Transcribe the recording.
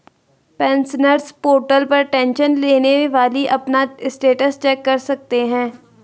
pensioners portal पर tension लेने वाली अपना स्टेटस चेक कर सकते हैं